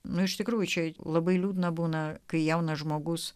nu iš tikrųjų čia labai liūdna būna kai jaunas žmogus